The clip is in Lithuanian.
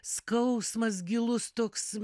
skausmas gilus toks